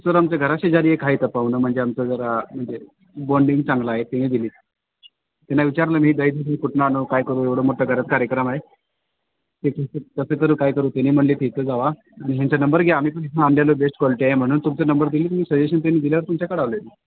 sir आमच्या घराशेजारी एक आहे तर पाहुणं म्हणजे आमचं जरा म्हणजे बॉन्डिंग चांगलं आहे तिनं दिली त्यांना विचारलं मी दही दूध कुठून आणू काय करू एवढा मोठा घरात कार्यक्रम आहे ते कसं करू काय करू त्यांनी म्हणाले ती इथे जावा ह्यांचा नंबर घ्या आम्ही पण इथनं आणलेलं बेस्ट क्वालिटी आहे म्हणून तुमचा नंबर दिली तिने सजेशन त्यांनी दिल्यावर तुमच्याकडं आलो आहे मी